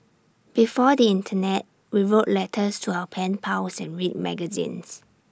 before the Internet we wrote letters to our pen pals and read magazines